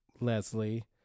Leslie